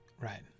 Right